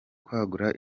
kwagura